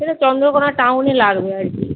সেটা চন্দ্রকোনা টাউনে লাগবে আর কি